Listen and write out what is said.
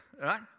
right